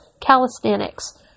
calisthenics